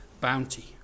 bounty